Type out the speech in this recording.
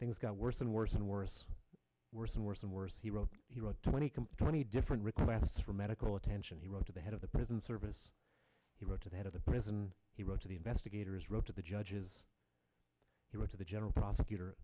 things got worse and worse and worse worse and worse and worse he wrote he wrote twenty twenty different requests for medical attention he wrote to the head of the prison service he wrote to the head of the prison he wrote to the investigators wrote to the judges he wrote to the general prosecutor